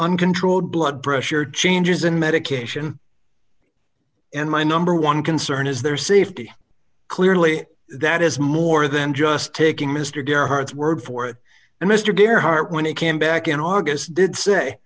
uncontrolled blood pressure changes in medication and my number one concern is their safety clearly that is more than just taking mr gary hart's word for it and mr gearhart when he came back in august did say